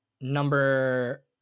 number